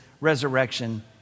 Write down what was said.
resurrection